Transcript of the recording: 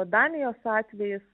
danijos atvejis